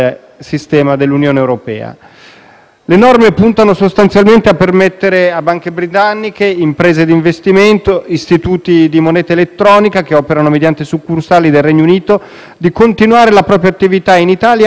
Le norme puntano sostanzialmente a permettere a banche britanniche, imprese di investimento e istituti di moneta elettronica, che operano mediante succursali del Regno Unito, di continuare la propria attività in Italia anche durante il periodo transitorio,